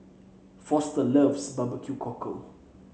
Foster loves B B Q Cockle